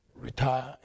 retire